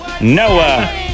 Noah